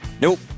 Nope